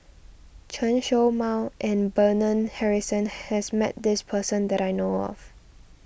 Chen Show Mao and Bernard Harrison has met this person that I know of